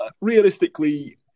realistically